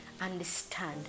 understand